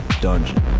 dungeon